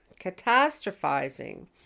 Catastrophizing